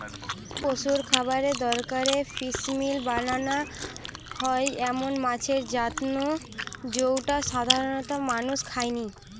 পশুর খাবারের দরকারে ফিসমিল বানানা হয় এমন মাছের জাত নু জউটা সাধারণত মানুষ খায়নি